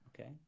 okay